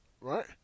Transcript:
right